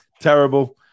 terrible